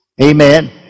Amen